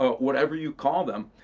ah whatever you call them,